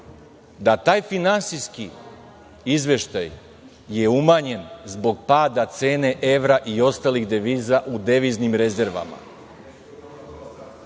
da taj finansijski izveštaj je umanjen zbog pada cene evra i ostalih deviza u deviznim rezervama,